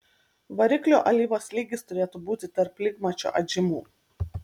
variklio alyvos lygis turėtų būti tarp lygmačio atžymų